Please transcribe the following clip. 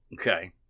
Okay